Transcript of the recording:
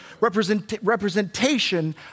representation